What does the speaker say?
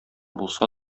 булса